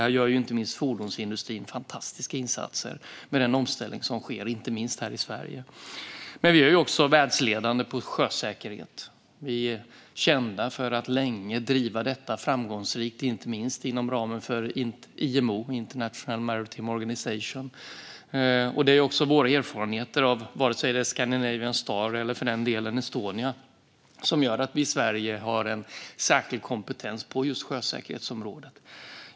Här gör fordonsindustrin fantastiska insatser med den omställning som sker, inte minst här i Sverige. Vi är också världsledande när det gäller sjösäkerhet. Vi är kända för att länge ha drivit detta framgångsrikt, inte minst inom ramen för IMO, International Maritime Organization. Det är våra erfarenheter av till exempel Scandinavian Star och Estonia som gör att vi i Sverige har en särskild kompetens på just sjösäkerhetsområdet.